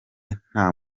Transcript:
nta